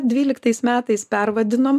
dvyliktais metais pervadinom